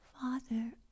Father